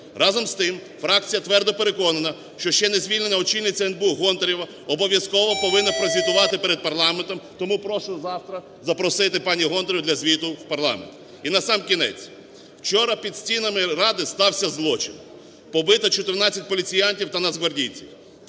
Разом з тим фракція твердо переконана, що ще не звільнена очільниця НБУ Гонтарева обов'язково повинна прозвітувати перед парламентом. Тому прошу завтра запросити пані Гонтареву для звіту в парламент. І насамкінець, вчора під стінами Ради стався злочин: побито 14 поліціантів та нацгвардійців.